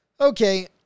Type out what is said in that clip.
Okay